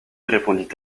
répondit